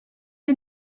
est